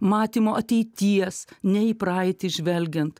matymo ateities ne į praeitį žvelgiant